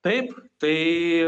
taip tai